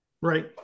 Right